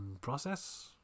process